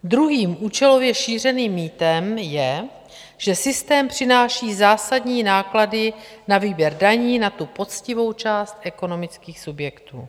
Druhým účelově šířeným mýtem je, že systém přináší zásadní náklady na výběr daní za tu poctivou část ekonomických subjektů.